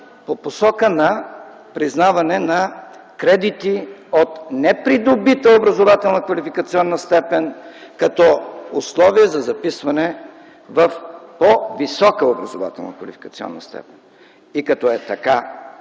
по посока на признаване на кредити от непридобита образователно-квалификационна степен като условие за записване в по-висока образователно-квалификационна степен. И като е така,